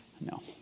No